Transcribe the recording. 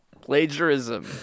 Plagiarism